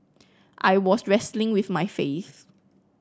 I was wrestling with my faith